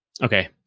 Okay